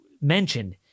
mentioned